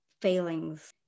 failings